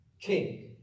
king